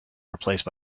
replaced